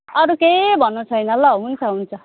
अरू केही भन्नु छैन ल हुन्छ हुन्छ